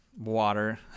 water